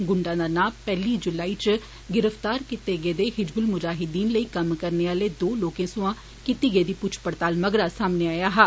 गुंडा दा नां पेहली जुलाई च गिरफ्तार कीते गेदे हिजबुल मुजाहीद्दीन कम्म करने आले दों लोकें सोयां कीती गेदी पुच्छ पड़ताल मगरा सामने आया हा